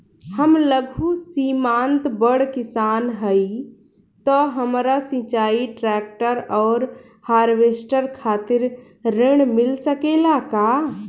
हम लघु सीमांत बड़ किसान हईं त हमरा सिंचाई ट्रेक्टर और हार्वेस्टर खातिर ऋण मिल सकेला का?